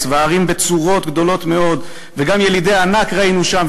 והערים בצֻרות גדֹלֹת מאֹד וגם ילִדי הענק ראינו שם",